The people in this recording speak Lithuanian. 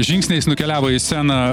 žingsniais nukeliavo į sceną